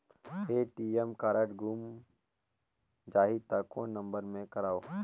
ATM card गुम जाही त कौन नम्बर मे करव?